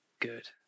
good